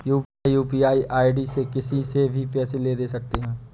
क्या UPI ID से किसी से भी पैसे ले दे सकते हैं?